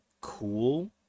cool